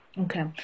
okay